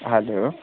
hello